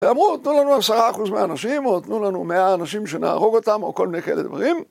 ואמרו, תנו לנו עשרה אחוז מהאנשים, או תנו לנו מאה אנשים שנהרוג אותם, או כל מיני כאלה דברים.